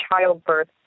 childbirth